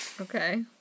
Okay